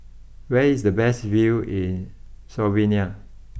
where is the best view in Slovenia